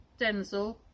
Denzel